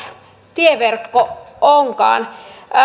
tieverkko onkaan